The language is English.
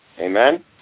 Amen